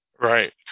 Right